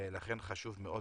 לכן חשוב מאוד